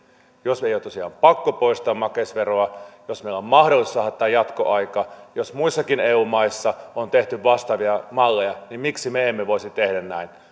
jos meidän ei ole tosiaan pakko poistaa makeisveroa jos meillä on mahdollisuus saada tähän jatkoaika jos muissakin eu maissa on tehty vastaavia malleja niin miksi me emme voisi tehdä näin